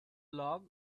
log